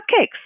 cupcakes